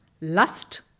lust